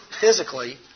physically